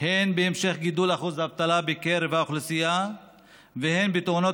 הן בהמשך גידול אחוז האבטלה בקרב האוכלוסייה והן בתאונות